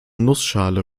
nussschale